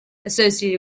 associated